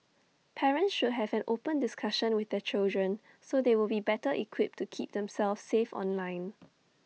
parents should have an open discussion with their children so they will be better equipped to keep themselves safe online